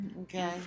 Okay